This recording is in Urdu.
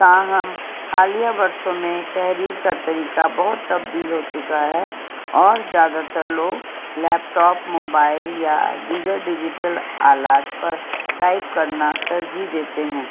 تاہم حالیہ برسوں میں تحریر کا طریقہ بہت تبدیل ہو چکا ہے اور زیادہ تر لوگ لیپ ٹاپ موبائل یا دیگر ڈیجیٹل آلات پر ٹائپ کرنا ترجیح دیتے ہیں